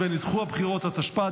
התשפ"ג